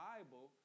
Bible